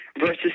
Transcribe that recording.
versus